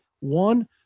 One